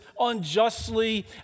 unjustly